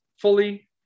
fully